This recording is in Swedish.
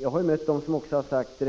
Jag har mött dem som har trott att